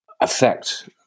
affect